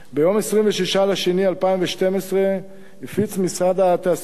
ביום 26 בפברואר 2012 הפיץ משרד התעשייה,